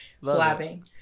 blabbing